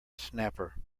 snapper